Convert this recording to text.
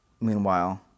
Meanwhile